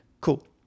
Cool